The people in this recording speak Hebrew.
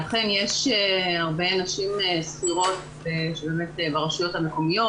שאכן יש הרבה נשים --- שבאמת ברשויות המקומיות